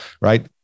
right